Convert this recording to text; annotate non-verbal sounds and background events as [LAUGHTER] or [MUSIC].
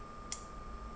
[NOISE]